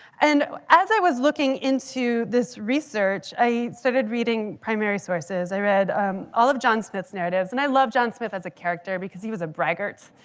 and as i was looking into this research, i started reading primary sources. i read all of john smith's narratives. and i love john smith as a character because he was a braggart.